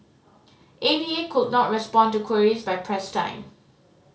A V A could not respond to queries by press time